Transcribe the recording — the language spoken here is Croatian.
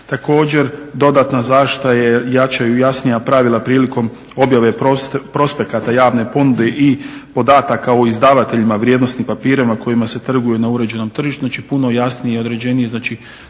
Također dodatna zaštita je jačaju jasnija pravila prilikom objave prospekta javne ponude i podataka o izdavateljima vrijednosnim papirima kojima se trguje na uređenom tržištu, znači puno jasnije i određenije, znači